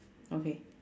okay